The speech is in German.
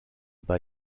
bei